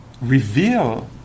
reveal